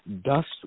dust